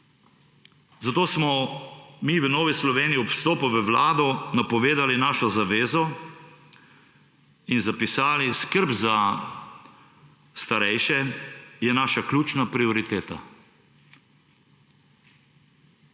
Zato smo mi, v Novi Sloveniji, ob vstopi v vlado napovedali našo zavezo in zapisali, da skrb za starejše je naša ključna prioriteta.